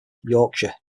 yorkshire